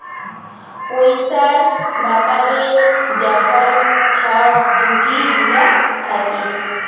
পইসার ব্যাপারে যখল ছব ঝুঁকি গুলা থ্যাকে